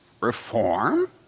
reform